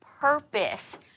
purpose